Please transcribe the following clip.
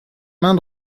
main